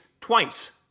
twice